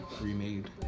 remade